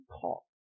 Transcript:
talk